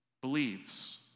believes